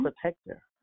protector